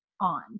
on